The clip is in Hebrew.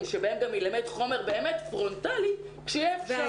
שבהם יילמד באמת חומר באמת פרונטליים כשיהיה אפשר,